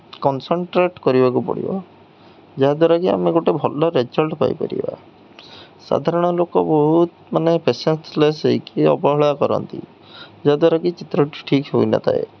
concentrate କରିବାକୁ ପଡ଼ିବ ଯାହା ଦ୍ୱାରାକିି ଆମେ ଗୋଟେ ଭଲ ରେଜଲ୍ଟ୍ ପାଇପାରିବା ସାଧାରଣ ଲୋକ ବହୁତ ମାନେ ପେସେନ୍ସଲେସ୍ ହୋଇକି ଅବହେଳା କରନ୍ତି ଯାହା ଦ୍ୱାରାକିି ଚିତ୍ରଟି ଠିକ୍ ହୋଇନଥାଏ